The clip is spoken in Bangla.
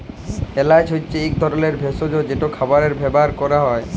এল্যাচ হছে ইক ধরলের ভেসজ যেট খাবারে ব্যাভার ক্যরা হ্যয়